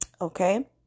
okay